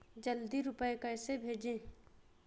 जल्दी रूपए कैसे भेजें?